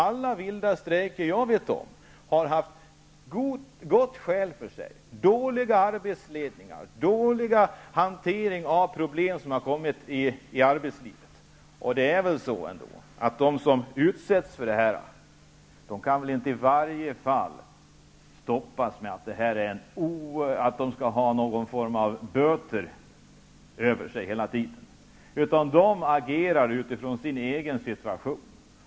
Alla vilda strejker som jag vet om har det funnits goda skäl för, t.ex. dålig arbetsledning, dålig hantering av problem i arbetslivet, osv. De som utsätts för detta kan väl i varje fall inte stoppas genom att ha hotet om böter över sig hela tiden. De agerar utifrån sin egen situation.